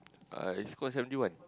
uh East-Coast seventy one